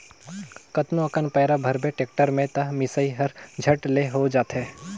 कतनो अकन पैरा भरबे टेक्टर में त मिसई हर झट ले हो जाथे